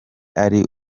ari